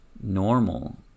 normal